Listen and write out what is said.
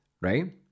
right